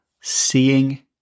seeing